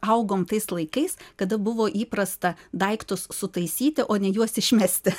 augom tais laikais kada buvo įprasta daiktus sutaisyti o ne juos išmesti